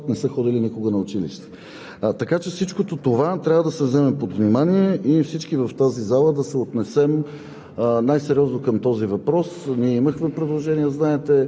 Разбира се, тревожното, изключително притеснителното число от 81 хиляди деца, които не са в никакъв обхват, не са ходили никога на училище.